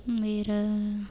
வேற